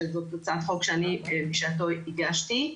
שזו הצעת חוק שאני בשעתו הגשתי.